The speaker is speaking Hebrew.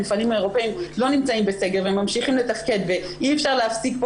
המפעלים האירופאיים לא נמצאים בסגר והם ממשיכים לתפקד ואי אפשר להפסיק פה